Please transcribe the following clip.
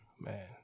man